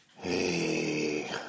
Hey